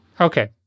Okay